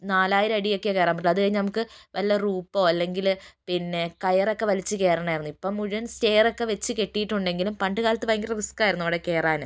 നാലായിരം അടിയൊക്കെയെ കയറാൻ പറ്റുകയുള്ളു അതുകഴിഞ്ഞാൽ പിന്നെ വല്ല റൂപ്പോ അല്ലെങ്കില് പിന്നെ കയറൊക്കെ വലിച്ച് കയറണമായിരുന്നു ഇപ്പം മുഴുവൻ സ്റ്റെയർ ഒക്കെ വച്ചുകെട്ടിയിട്ടുണ്ടെങ്കിലും പണ്ടുകാലത്ത് ഭയങ്കര റിസ്ക് ആയിരുന്നു അവിടെ കയറാൻ